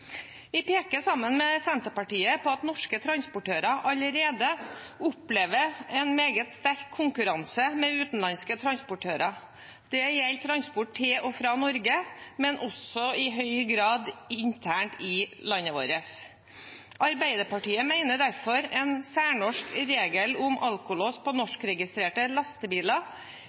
Vi peker sammen med Senterpartiet på at norske transportører allerede opplever en meget sterk konkurranse med utenlandske transportører. Det gjelder transport til og fra Norge, men i høy grad også internt i landet vårt. Arbeiderpartiet mener derfor en særnorsk regel om alkolås på norskregistrerte lastebiler